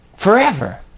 Forever